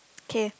K